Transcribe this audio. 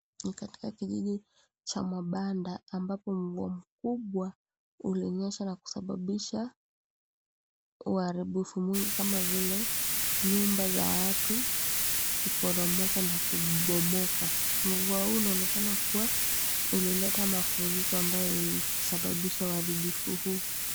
Ni katika kijiji cha mabanda ambapo mvua mkubwa ulinyesha na kusababisha uharibifu mwingi kama vile, nyumba za watu kuporomoka na kubomoa. Mvua huu unaonekana kuwa ulileta mafuriko ambao ulisababisha uharibifu huu.